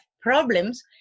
problems